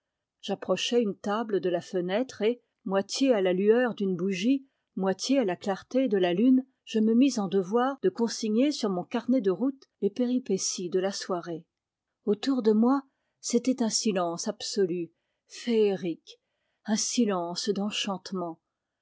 j'approchai une table de la fenêtre et moitié à la lueur d'une bougie moitié à la clarté de la lune je me mis en devoir de consigner sur mon carnet de route les péripéties de la soirée autour de moi c'était un silence absolu féerique un silence d'enchantement